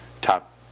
top